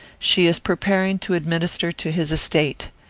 she is preparing to administer to his estate.